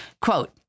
Quote